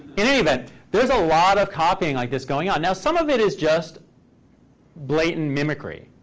any event, there's a lot of copying like this going on. now, some of it is just blatant mimicry.